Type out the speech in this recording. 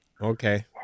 Okay